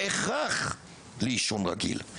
בהכרח לעישון רגיל.